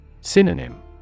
Synonym